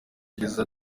yagize